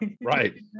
right